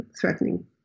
threatening